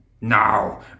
Now